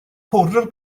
powdr